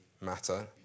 matter